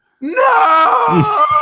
No